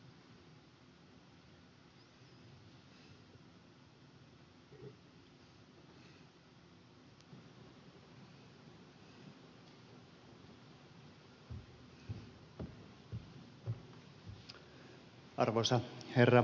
arvoisa herra puhemies